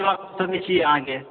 तुरत तकै छी आहाँके